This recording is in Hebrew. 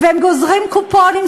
הם גוזרים קופונים,